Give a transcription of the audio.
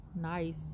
nice